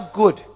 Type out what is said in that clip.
good